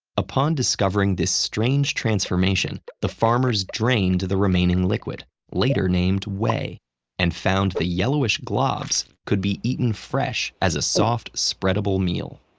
upon discovering this strange transformation, the farmers drained the remaining liquid later named whey and found the yellowish globs could be eaten fresh as a soft, spreadable meal.